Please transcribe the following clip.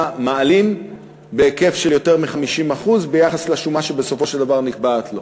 מעלים בהיקף של יותר מ-50% ביחס לשומה שבסופו של דבר נקבעת לו.